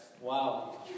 Wow